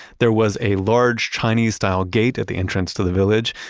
there was a large chinese style gate at the entrance to the village.